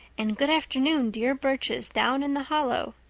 and good afternoon dear birches down in the hollow.